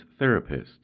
therapists